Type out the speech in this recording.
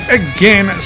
again